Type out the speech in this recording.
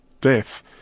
death